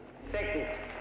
Second